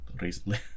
recently